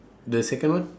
the second one